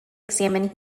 examine